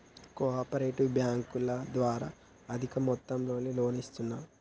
co operative బ్యాంకుల ద్వారా అధిక మొత్తంలో లోన్లను ఇస్తున్నరు